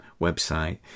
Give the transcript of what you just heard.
website